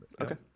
Okay